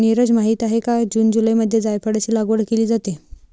नीरज माहित आहे का जून जुलैमध्ये जायफळाची लागवड केली जाते